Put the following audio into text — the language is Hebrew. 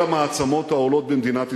של המעצמות העולות במדינת ישראל.